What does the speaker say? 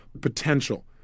potential